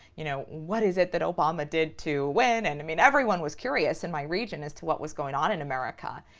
you know, what is it that obama did to win? and i mean everyone was curious in my region as to what was going on in america.